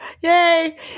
Yay